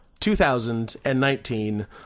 2019